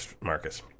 Marcus